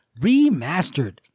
remastered